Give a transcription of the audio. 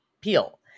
Peel